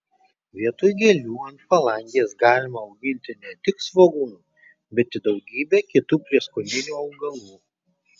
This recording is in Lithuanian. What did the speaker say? vietoj gėlių ant palangės galima auginti ne tik svogūnų bet ir daugybę kitų prieskoninių augalų